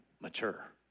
mature